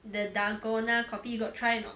the dalgona coffee you got try or not